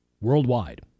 worldwide